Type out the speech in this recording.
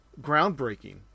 groundbreaking